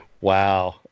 Wow